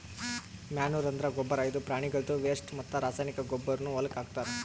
manure ಅಂದ್ರ ಗೊಬ್ಬರ್ ಇದು ಪ್ರಾಣಿಗಳ್ದು ವೆಸ್ಟ್ ಮತ್ತ್ ರಾಸಾಯನಿಕ್ ಗೊಬ್ಬರ್ನು ಹೊಲಕ್ಕ್ ಹಾಕ್ತಾರ್